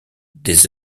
des